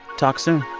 talk soon